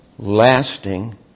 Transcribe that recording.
Lasting